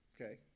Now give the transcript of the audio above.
Okay